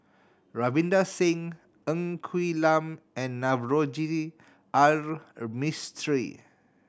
Ravinder Singh Ng Quee Lam and Navroji R Mistri